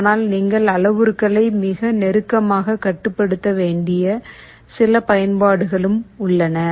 ஆனால் நீங்கள் அளவுருக்ககளை மிக நெருக்கமாக கட்டுப்படுத்த வேண்டிய சில பயன்பாடுகளும் உள்ளன